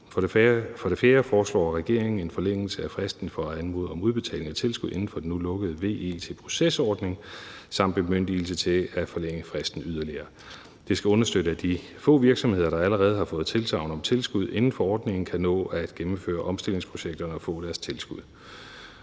For det fjerde foreslår regeringen en forlængelse af fristen for at anmode om udbetaling af tilskud inden for den nu lukkede VE til proces-ordning samt bemyndigelse til at forlænge fristen yderligere. Det skal understøtte, at de få virksomheder, der allerede har fået tilsagn om tilskud inden for ordningen, kan nå at gennemføre omstillingsprojekterne og få deres tilskud.